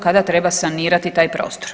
kada treba sanirati taj prostor.